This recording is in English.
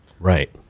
right